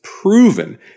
proven